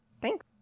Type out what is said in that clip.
Thanks